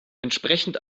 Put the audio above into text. entsprechend